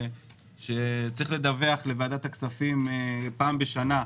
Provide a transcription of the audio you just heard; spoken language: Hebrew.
"בהודעה שתגיש למנהל רשות המסים" יבוא "ולוועדת הכספים של הכנסת".